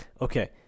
okay